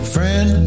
Friend